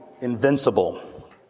invincible